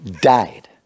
died